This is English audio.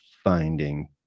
finding